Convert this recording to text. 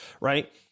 Right